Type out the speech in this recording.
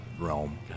realm